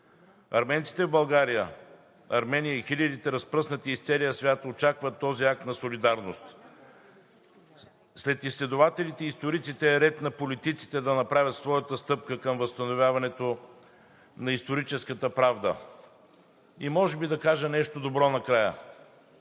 Арменците в България, в Армения и хилядите разпръснати из целия свят очакват този акт на солидарност. След изследователите и историците е ред на политиците да направят своята стъпка към възстановяването на историческата правда. И може би да кажа нещо добро накрая!